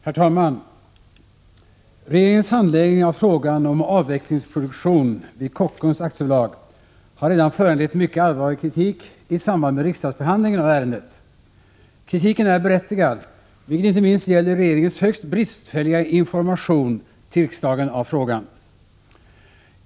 Herr talman! Regeringens handläggning av frågan om avvecklingsproduktion vid Kockums AB har redan föranlett mycket allvarlig kritik i samband med riksdagsbehandlingen av ärendet. Kritiken är berättigad, vilket inte minst gäller regeringens högst bristfälliga information till riksdagen i frågan.